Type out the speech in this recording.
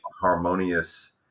harmonious